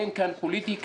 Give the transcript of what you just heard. אין כאן פוליטיקה.